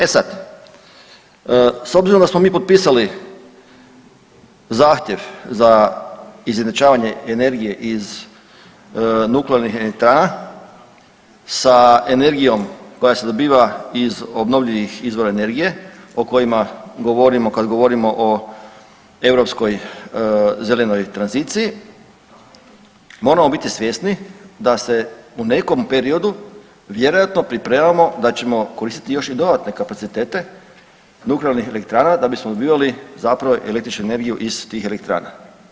E sad, s obzirom da smo mi potpisali zahtjev za izjednačavanje energije iz nuklearnih elektrana sa energijom koja se dobiva iz obnovljivih izvora energije o kojima govorimo kad govorimo o europskoj zelenoj tranziciji, moramo biti svjesni da se u nekom periodu vjerojatno pripremamo da ćemo koristiti još i dodatne kapacitete nuklearnih elektrana da bismo dobivali zapravo električnu energiju iz tih elektrana.